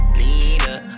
leader